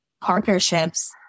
Partnerships